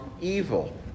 evil